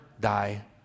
die